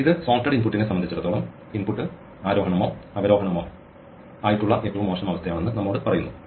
ഇത് സോർട്ടഡ് ഇൻപുട്ടിനെ സംബന്ധിച്ചിടത്തോളം ഇൻപുട്ട് ആരോഹണമോ അവരോഹമോ ആയിട്ടുള്ള ഏറ്റവും മോശം അവസ്ഥയാണെന്ന് നമ്മോട് പറയുന്നു